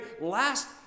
last